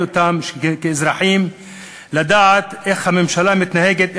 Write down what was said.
אותם כאזרחים לדעת איך הממשלה מתנהגת,